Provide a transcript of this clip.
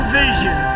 vision